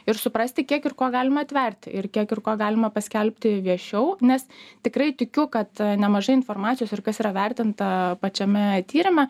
ir suprasti kiek ir ko galima atverti ir kiek ir ko galima paskelbti viešiau nes tikrai tikiu kad nemažai informacijos ir kas yra vertinta pačiame tyrime